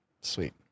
Sweet